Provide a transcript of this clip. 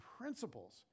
principles